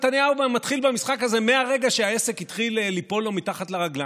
נתניהו מתחיל במשחק הזה מהרגע שהעסק התחיל ליפול לו מתחת לרגליים.